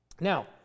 Now